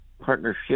partnership